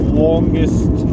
longest